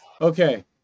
Okay